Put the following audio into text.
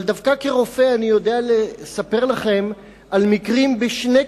אבל דווקא כרופא אני יודע לספר לכם על מקרים בשני